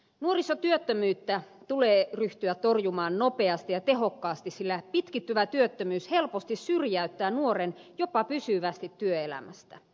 nuorisotyöttömyyttä tulee ryhtyä torjumaan nopeasti ja tehokkaasti sillä pitkittyvä työttömyys helposti syrjäyttää nuoren jopa pysyvästi työelämästä